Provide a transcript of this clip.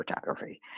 photography